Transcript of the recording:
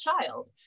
child